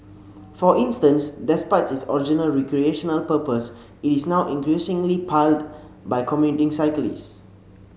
for instance despite its original recreational purpose it is now increasingly plied by commuting cyclists